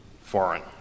foreign